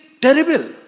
terrible